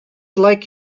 like